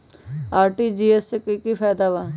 RTGS से की की फायदा बा?